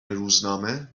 روزنامه